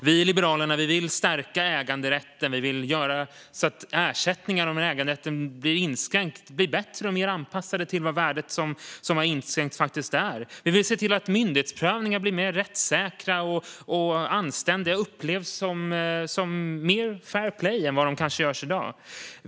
Vi i Liberalerna vill stärka äganderätten och göra så att ersättningarna om den inskränks blir bättre och mer anpassade till det värde som inskränkningen faktiskt innebär. Vi vill se till att myndighetsprövningar blir mer rättssäkra och anständiga och upplevs mer som fair play än vad som kanske är fallet i dag.